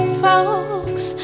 folks